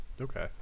Okay